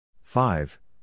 five